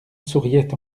souriait